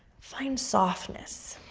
find softness,